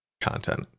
content